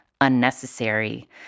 unnecessary